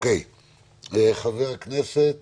חבר הכנסת